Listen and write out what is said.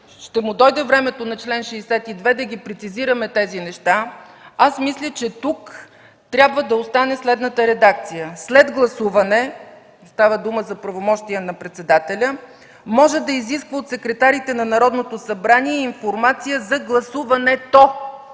ще му дойде времето на чл. 62, да прецизираме тези неща. Мисля, че тук трябва да остане следната редакция (става дума за правомощия на председателя): „Може да изисква от секретарите на Народното събрание информация за гласуването”,